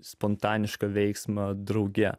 spontanišką veiksmą drauge